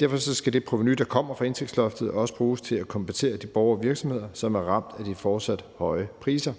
Derfor skal det provenu, der kommer fra indtægtsloftet, også bruges til at kompensere de borgere og virksomheder, som er ramt af de fortsat høje priser.